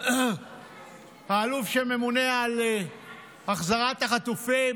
האלוף שממונה על החזרת החטופים,